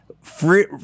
Free